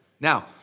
Now